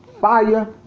fire